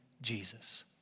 Jesus